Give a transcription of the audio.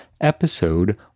episode